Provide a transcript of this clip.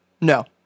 No